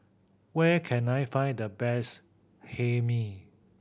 where can I find the best Hae Mee